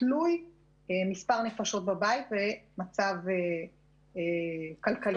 תלוי מספר הנפשות בבית והמצב הכלכלי-חברתי.